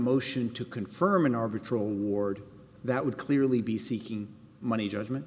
motion to confirm an arbitrator ward that would clearly be seeking money judgment